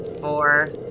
Four